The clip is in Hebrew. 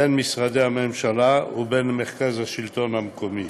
בין משרדי הממשלה ובין מרכז השלטון המקומי.